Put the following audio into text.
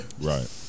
Right